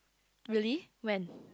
really when